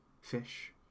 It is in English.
fish